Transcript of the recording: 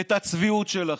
את הצביעות שלכם.